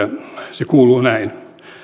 se kuuluu näin